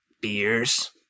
Beers